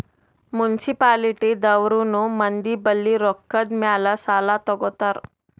municipality ದವ್ರನು ಮಂದಿ ಬಲ್ಲಿ ರೊಕ್ಕಾದ್ ಮ್ಯಾಲ್ ಸಾಲಾ ತಗೋತಾರ್